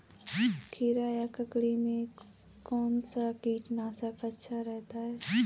खीरा या ककड़ी में कौन सा कीटनाशक अच्छा रहता है?